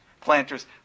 Planters